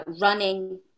running